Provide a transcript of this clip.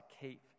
keep